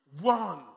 one